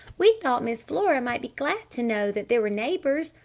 we thought miss flora might be glad to know that there were neighbors.